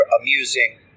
amusing